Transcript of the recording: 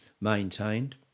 maintained